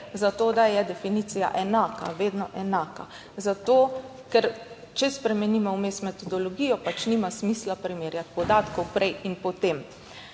zato, da je definicija enaka, vedno enaka. Zato, ker če spremenimo vmes metodologijo, pač nima smisla primerjati podatkov prej in potem.